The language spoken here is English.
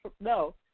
no